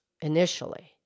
initially